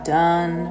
done